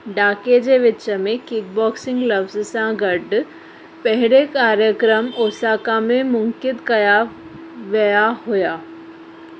ॾहाके जे विच में किकबॉक्सिंग लफ़्ज़ु सां गॾु पहिरें कार्यक्रम ओसाका में मुनक़िदु कया विया हुआ